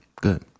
good